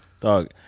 Dog